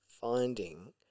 finding –